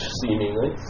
seemingly